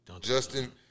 Justin –